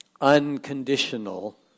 unconditional